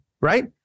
right